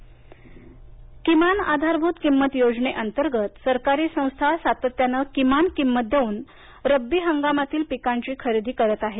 गहू किमान आधारभूत किंमत योजनेअंतर्गत सरकारी संस्था सातत्यानं किमान किंमत देऊन रब्बी हंगामातील पिकांची खरेदी करत आहेत